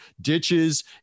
ditches